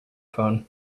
phone